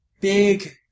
big